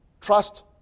Trust